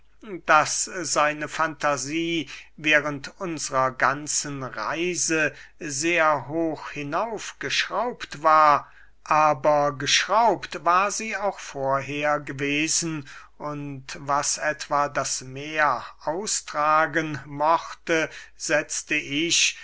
daß seine fantasie während unsrer ganzen reise sehr hoch hinaufgeschraubt war aber geschraubt war sie auch vorher gewesen und was etwa das mehr austragen mochte setzte ich